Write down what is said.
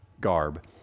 garb